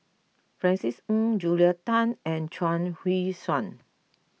Francis Ng Julia Tan and Chuang Hui Tsuan